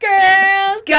Girls